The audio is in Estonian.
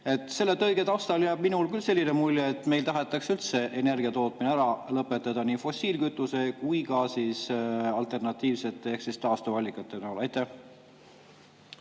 Selle kõige taustal jääb minule küll selline mulje, et meil tahetakse üldse energiatootmine ära lõpetada, nii fossiilkütusest kui ka alternatiivsetest ehk taastuvallikatest.